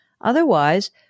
Otherwise